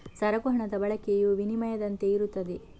ಸರಕು ಹಣದ ಬಳಕೆಯು ವಿನಿಮಯದಂತೆಯೇ ಇರುತ್ತದೆ